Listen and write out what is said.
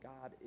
God